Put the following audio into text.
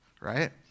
right